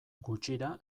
gutxira